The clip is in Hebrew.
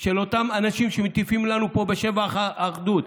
של אותם אנשים שמטיפים לנו פה בשבח האחדות.